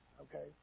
okay